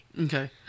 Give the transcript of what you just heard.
Okay